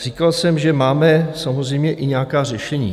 Říkal jsem, že máme samozřejmě i nějaká řešení.